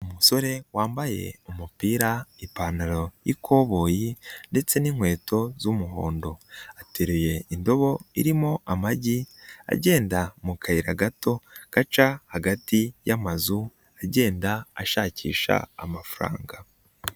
Umusore wambaye umupira, ipantaro y'ikoboyi ndetse n'inkweto z'umuhondo, ateruye indobo irimo amagi, agenda mu kayira gato gaca hagati y'amazu, agenda ashakisha amafaranga.